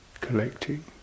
collecting